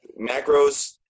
macros